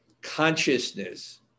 consciousness